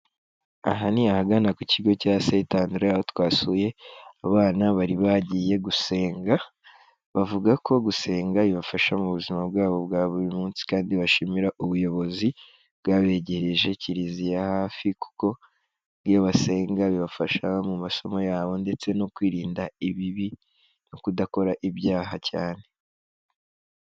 Aha ni ahagana ku kigo cya Setandere; aho twasuye abana bari bagiye gusenga, bavuga ko gusenga bibafasha mu buzima bwabo bwa buri munsi, kandi bashimira ubuyobozi bwabegereje kiriziya hafi kuko iyo basenga bibafasha mu masomo yabo ndetse no kwirinda ibibi no kudakora ibyaha cyane.